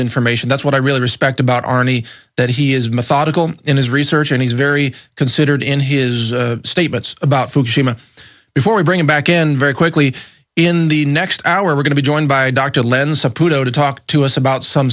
information that's what i really respect about arnie that he is methodical in his research and he's very considered in his statements about fukushima before we bring him back in very quickly in the next hour we're going to be joined by dr lend support though to talk to us about some